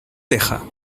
teja